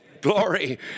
Glory